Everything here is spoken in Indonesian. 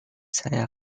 saya